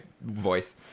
voice